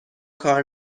کار